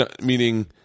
meaning